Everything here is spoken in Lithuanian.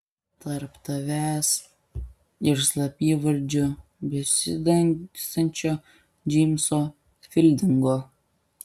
tarp tavęs ir slapyvardžiu besidangstančio džeimso fildingo